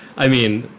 i mean,